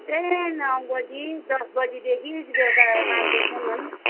त्यही नौ बजी दस बजीदेखि बेलुका पाँच बजीसम्म